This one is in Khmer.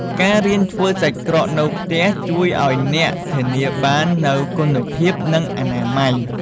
ការរៀនធ្វើសាច់ក្រកនៅផ្ទះជួយឱ្យអ្នកធានាបាននូវគុណភាពនិងអនាម័យ។